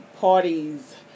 parties